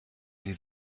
sie